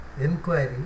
inquiry